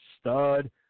Stud